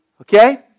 okay